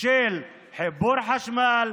של חיבור חשמל,